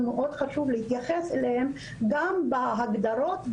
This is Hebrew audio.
ומאוד חשוב להתייחס אליהם גם בהגדרות,